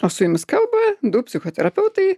o su jumis kalba du psichoterapeutai